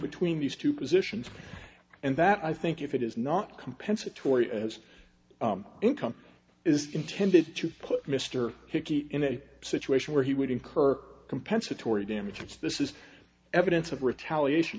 between these two positions and that i think if it is not compensatory as income is intended to put mr hickey in a situation where he would incur compensatory damages this is evidence of retaliation